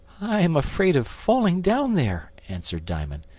i am afraid of falling down there, answered diamond.